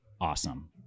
awesome